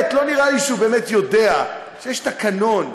לא נראה לי שהוא באמת יודע שיש תקנון,